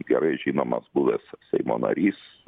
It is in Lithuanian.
gerai žinomas buvęs seimo narys